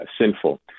sinful